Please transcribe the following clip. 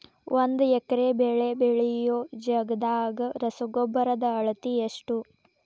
ಒಂದ್ ಎಕರೆ ಬೆಳೆ ಬೆಳಿಯೋ ಜಗದಾಗ ರಸಗೊಬ್ಬರದ ಅಳತಿ ಎಷ್ಟು?